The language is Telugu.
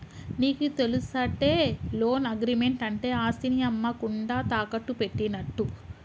నీకు తెలుసటే, లోన్ అగ్రిమెంట్ అంటే ఆస్తిని అమ్మకుండా తాకట్టు పెట్టినట్టు